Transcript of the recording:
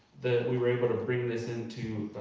that we were able to bring this into